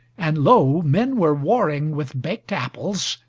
and lo! men were warring with baked apples,